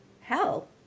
Hell